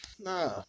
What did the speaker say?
nah